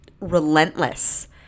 relentless